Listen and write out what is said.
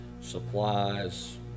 supplies